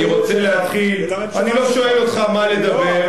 אני לא שואל אותך מה לדבר,